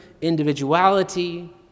individuality